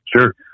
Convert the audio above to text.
Sure